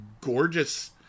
gorgeous